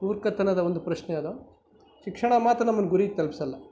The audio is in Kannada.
ಮೂರ್ಖತನದ ಒಂದು ಪ್ರಶ್ನೆ ಅದು ಶಿಕ್ಷಣ ಮಾತ್ರ ನಮ್ಮನ್ನು ಗುರಿ ತಲುಪ್ಸಲ್ಲ